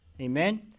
Amen